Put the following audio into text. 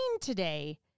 today